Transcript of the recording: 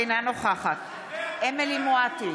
אינה נוכחת אמילי חיה מואטי,